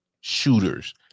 shooters